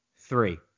three